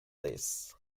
this